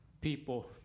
people